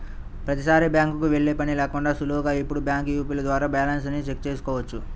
ప్రతీసారీ బ్యాంకుకి వెళ్ళే పని లేకుండానే సులువుగా ఇప్పుడు బ్యాంకు యాపుల ద్వారా బ్యాలెన్స్ ని చెక్ చేసుకోవచ్చు